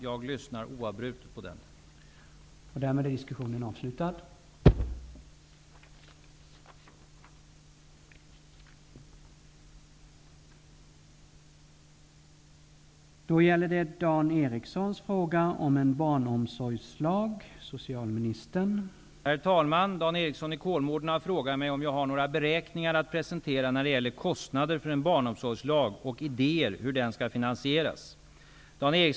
Jag lyssnar oavbrutet till den opinionen.